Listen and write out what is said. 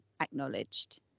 acknowledged